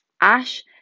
Ash